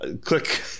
Click